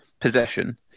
possession